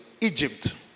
Egypt